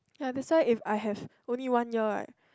ya that's why if I have only one year right